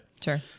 Sure